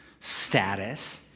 status